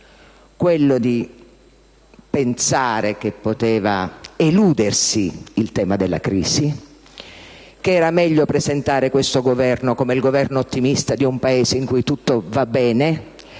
quello di pensare che poteva eludersi il tema della crisi, che era meglio presentare questo Governo come il Governo ottimista di un Paese in cui tutto va bene,